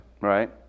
Right